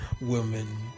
Women